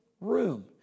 room